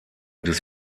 des